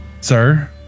sir